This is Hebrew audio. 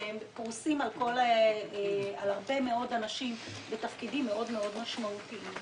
שהם פרוסים על הרבה מאוד אנשים בתפקידים מאוד משמעותיים.